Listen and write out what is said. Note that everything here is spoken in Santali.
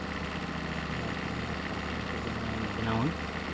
ᱟᱨᱟᱬ ᱠᱚ ᱵᱮᱱᱟᱣᱟ ᱯᱟᱨᱠᱚᱢ ᱠᱚ ᱵᱮᱱᱟᱣ ᱵᱮᱱᱟᱣᱟ